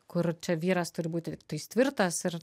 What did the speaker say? kur čia vyras turi būti tai jis tvirtas ir